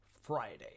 Friday